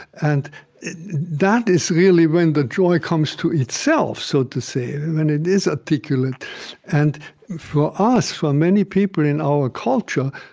and that is really when the joy comes to itself, so to say and when it is articulate and for us, for many people in our culture,